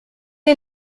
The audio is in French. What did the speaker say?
est